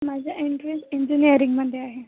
माझं इंटरेस्ट इंजिनीयरिंगमध्ये आहे